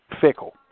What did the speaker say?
fickle